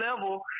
level